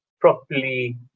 properly